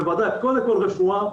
בוודאי קודם כל רפואה,